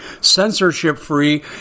censorship-free